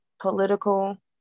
political